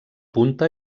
punta